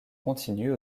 continu